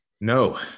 No